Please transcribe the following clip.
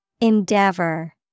Endeavor